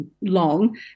long